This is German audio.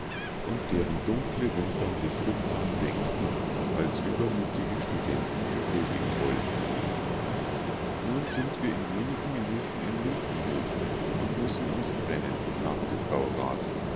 und deren dunkle wimpern sich sittsam senkten als übermütige studenten ihr huldigen wollten nun sind wir in wenigen minuten in lindenhof und müssen uns trennen sagte frau rat